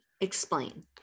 Explain